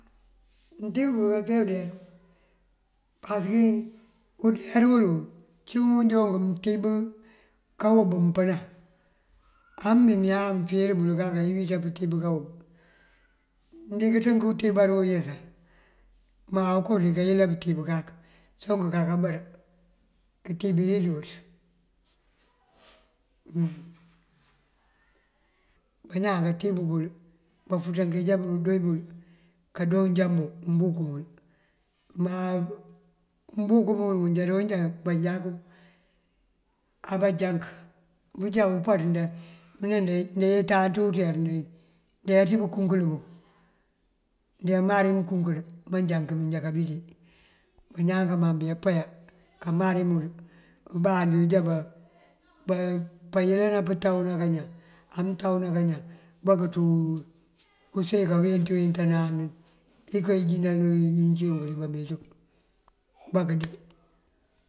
Mëntíb bul kate udeyaru. Pasëkin udeyar bul buŋ cúun undoonk mëntíb kawub mëmpënan ambí yá mënfíir bul kake ayëwiţa pëtíb kawub. Mëndiŋ ţënk utíbar wuŋ yësa má uko dika yëla bëtíb kak soŋ këka bër këtíb dí dúuţ. bañaan katíb bul bafúuţank já bëdu de bul kadoo unjambo mëmbúk. Má mëmbúk mul nuŋ njá doonjá banjakú abajank bëjá umpaţ ndayeeţan ţí uţee ţun ndaya ţí bëkunkul buŋ, ndëyá mari mënkunkul manjank mí njá kabí. Bañaan kamaŋ bepayá kamari mul bëbandi jába payëlan nank pëtawëna kañan amëntawëna kañan, bakëtú use kawent weentanani iko ijínal dí bameţú kul ambá këdee.